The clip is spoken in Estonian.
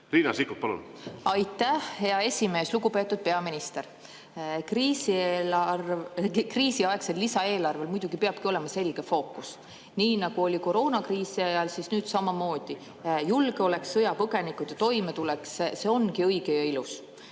Riina Sikkut, palun! Aitäh, hea esimees! Lugupeetud peaminister! Kriisiaegsel lisaeelarvel muidugi peabki olema selge fookus, nii nagu oli koroonakriisi ajal, siis nüüd samamoodi: julgeolek, sõjapõgenikud ja toimetulek. See ongi õige ja ilus.